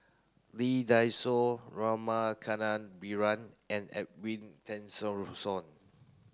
Lee Dai Soh Rama Kannabiran and Edwin Tessensohn